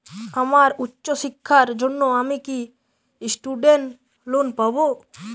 আমার উচ্চ শিক্ষার জন্য আমি কি স্টুডেন্ট লোন পাবো